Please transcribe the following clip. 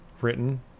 written